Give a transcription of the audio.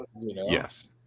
Yes